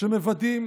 שמוודאים